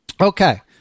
Okay